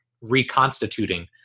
reconstituting